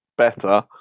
better